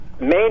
main